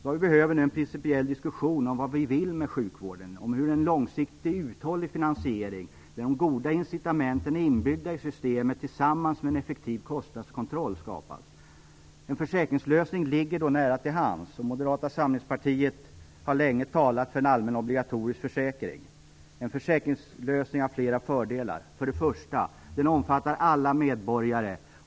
Vad vi behöver nu är en principiell diskussion om vad vi vill med sjukvården och om hur en långsiktig uthållig finansiering, där de goda incitamenten är inbyggda i systemet tillsammans med en effektiv kostnadskontroll, skapas. En försäkringslösning ligger då nära till hands. Moderata samlingspartiet har länge talat för en allmän obligatorisk försäkring. En försäkringslösning har flera fördelar. För det första omfattar den alla medborgare.